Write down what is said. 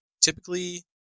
typically